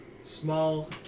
small